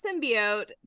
symbiote